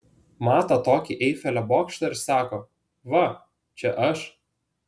mato tokį eifelio bokštą ir sako va čia aš